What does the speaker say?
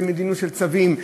במדיניות של צווים,